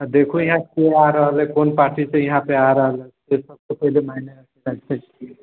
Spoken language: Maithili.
आ देखू यहाँ के आ रहल अछि कोन पार्टीसे यहाँ पर आ रहल अछि ओ सबसे पहिने मायने राखै छै